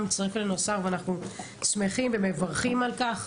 הצטרף אלינו השר ואנחנו שמחים ומברכים על כך.